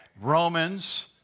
Romans